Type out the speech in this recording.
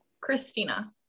Christina